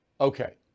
Okay